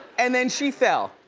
and then she fell.